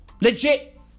Legit